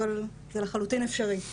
אבל זה לחלוטין אפשרי.